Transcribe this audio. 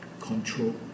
Control